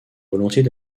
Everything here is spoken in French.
volontiers